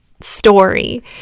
story